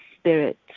Spirit